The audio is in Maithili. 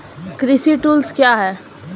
कृषि टुल्स क्या हैं?